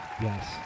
Yes